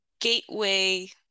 gateway